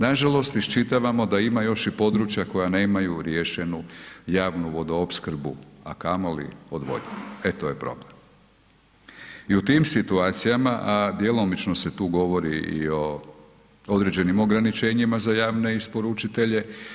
Nažalost, iščitavamo da ima još i područja koja nemaju riješenu javnu vodoopskrbu a kamoli odvodnju to je problem i u tim situacijama djelomično se tu govori i o određenim ograničenjima za javne isporučitelje.